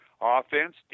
offense